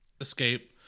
escape